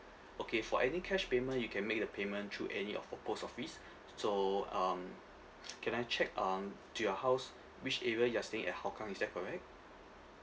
okay for any cash payment you can make the payment through any of po~ post office so um can I check um do your house which area you're staying at hougang is that correct